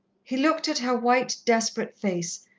he looked at her white, desperate face,